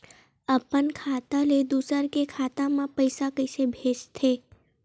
अपन खाता ले दुसर के खाता मा पईसा कइसे भेजथे?